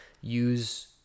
use